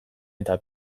eta